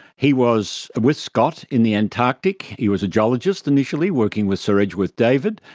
he was with scott in the antarctic, he was a geologist initially working with sir edgeworth david,